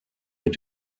mit